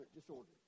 disorder